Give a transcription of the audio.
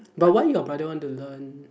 but why your brother want to learn